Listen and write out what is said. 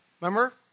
remember